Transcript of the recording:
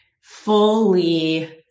fully